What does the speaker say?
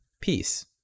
peace